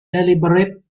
deliberate